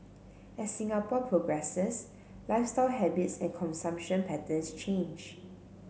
as Singapore progresses lifestyle habits and consumption patterns change